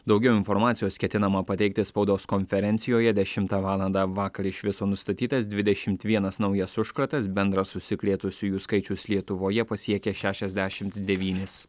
daugiau informacijos ketinama pateikti spaudos konferencijoje dešimtą valandą vakar iš viso nustatytas dvidešimt vienas naujas užkratas bendras užsikrėtusiųjų skaičius lietuvoje pasiekė šešiasdešimt devynis